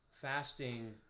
fasting